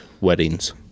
weddings